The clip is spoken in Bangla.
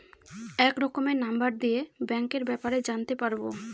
এক রকমের নম্বর দিয়ে ব্যাঙ্কের ব্যাপারে জানতে পারবো